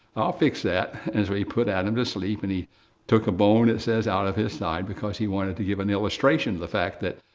i'll fix that, as but he put out adam to sleep, and he took a bone, it says out of his side, because he wanted to give an illustration of the fact that